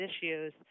issues